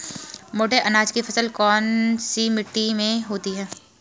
मोटे अनाज की फसल कौन सी मिट्टी में होती है?